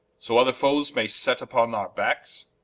so other foes may set vpon our backs.